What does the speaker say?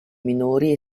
minori